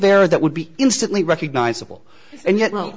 there that would be instantly recognizable and yet kno